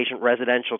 residential